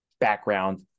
background